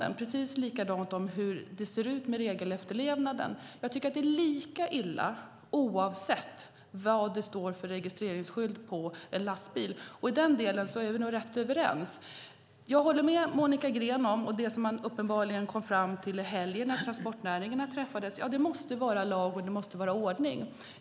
Det är precis likadant med regelefterlevnaden. Jag tycker att det är lika illa oavsett vad det står på en lastbils registreringsskylt. I den delen är vi nog rätt överens. Jag håller med Monica Green om - och det som man uppenbarligen kom fram till i helgen när transportnäringarna träffades - att det måste vara lag och ordning.